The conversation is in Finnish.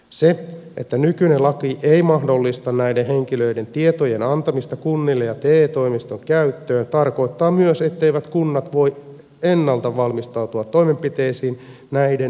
se että nykyinen laki ei mahdollista näiden henkilöiden tietojen antamista kunnille ja te toimiston käyttöön tarkoittaa myös etteivät kunnat voi ennalta valmistautua toimenpiteisiin näiden henkilöiden osalta